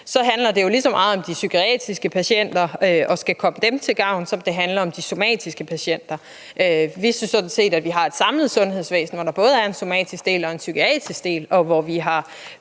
handler det jo lige så meget om de psykiatriske patienter og om at skulle komme dem til gavn, som det handler om de somatiske patienter. Vi synes sådan set, at vi har et samlet sundhedsvæsen, hvor der både er en somatisk del og en psykiatrisk del, og hvor vi har